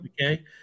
Okay